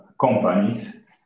companies